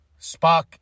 Spock